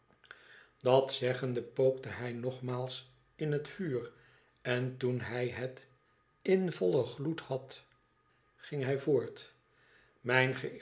dat zeggende pookte hij nogmaals in het vuur en toen hij het in vollen gloed had ging hij voort mijn